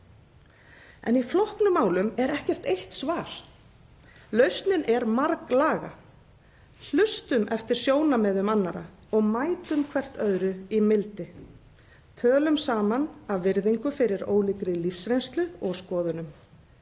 En í flóknum málum er ekkert eitt svar. Lausnin er marglaga. Hlustum eftir sjónarmiðum annarra og mætum hvert öðru í mildi; tölum saman af virðingu fyrir ólíkri lífsreynslu og skoðunum.